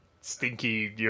stinky